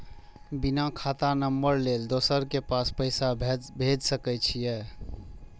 बिना खाता नंबर लेल दोसर के पास पैसा भेज सके छीए?